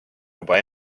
juba